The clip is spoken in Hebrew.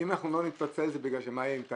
אם אנחנו לא נתפצל זה בגלל שמה יהיה עם טייבי,